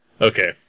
okay